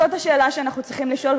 זאת השאלה שאנחנו צריכים לשאול,